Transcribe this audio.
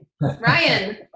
Ryan